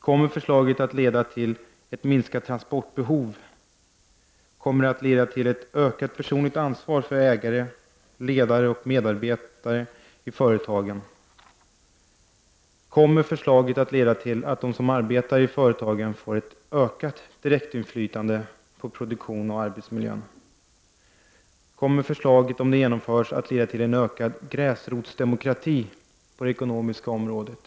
Kommer förslaget, om det genomförs, att leda till ett minskat transportbehov? Kommer förslaget, om det genomförs, att leda till ett ökat personligt ansvar för ägare, ledare och medarbetare i företagen? Kommer förslaget, om det genomförs, att leda till att de som arbetar i företagen får ett ökat direktinflytande på produktion och arbetsmiljö? Kommer förslaget, om det genomförs, att leda till en ökad gräsrotsdemokrati på det ekonomiska området?